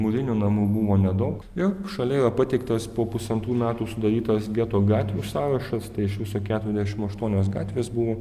mūrinių namų buvo nedaug ir šalia jo pateiktas po pusantrų metų sudarytas geto gatvių sąrašas tai iš viso keturiasdešimt aštuonios gatvės buvo